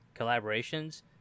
collaborations